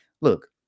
Look